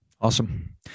Awesome